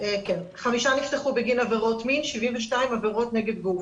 חמישה נפתחו בגין עבירות מין ו-72 עבירות נגד גוף.